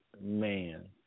man